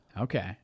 okay